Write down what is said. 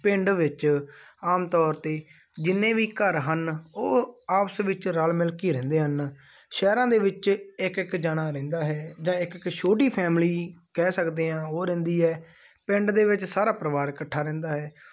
ਪਿੰਡ ਵਿੱਚ ਆਮ ਤੌਰ 'ਤੇ ਜਿੰਨੇ ਵੀ ਘਰ ਹਨ ਉਹ ਆਪਸ ਵਿੱਚ ਰਲ ਮਿਲ ਕੇ ਰਹਿੰਦੇ ਹਨ ਸ਼ਹਿਰਾਂ ਦੇ ਵਿੱਚ ਇੱਕ ਇੱਕ ਜਣਾ ਰਹਿੰਦਾ ਹੈ ਜਾਂ ਇੱਕ ਇੱਕ ਛੋਟੀ ਫੈਮਲੀ ਕਹਿ ਸਕਦੇ ਹਾਂ ਉਹ ਰਹਿੰਦੀ ਹੈ ਪਿੰਡ ਦੇ ਵਿੱਚ ਸਾਰਾ ਪਰਿਵਾਰ ਇਕੱਠਾ ਰਹਿੰਦਾ ਹੈ